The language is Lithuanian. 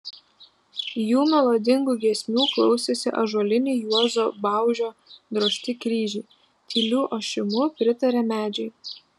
jų melodingų giesmių klausėsi ąžuoliniai juozo baužio drožti kryžiai tyliu ošimu pritarė medžiai